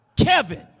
Kevin